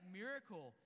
miracle